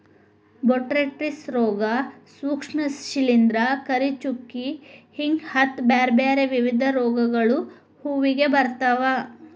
botrytis ರೋಗ, ಸೂಕ್ಷ್ಮ ಶಿಲಿಂದ್ರ, ಕರಿಚುಕ್ಕಿ ಹಿಂಗ ಹತ್ತ್ ಬ್ಯಾರ್ಬ್ಯಾರೇ ವಿಧದ ರೋಗಗಳು ಹೂವಿಗೆ ಬರ್ತಾವ